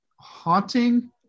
haunting